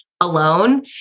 alone